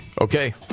Okay